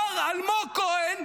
מר אלמוג כהן,